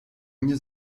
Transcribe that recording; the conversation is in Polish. nie